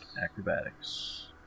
Acrobatics